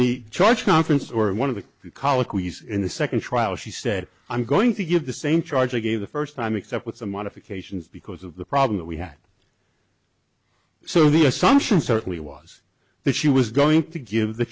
the charge conference or one of the colloquy in the second trial she said i'm going to give the same charge again the first time except with some modifications because of the problem that we had so the assumption certainly was that she was going to give the